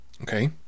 Okay